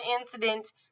incident